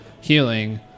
healing